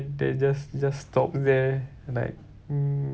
then it just it just stops there and like mm